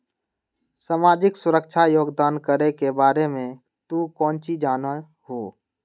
सामाजिक सुरक्षा योगदान करे के बारे में तू काउची जाना हुँ?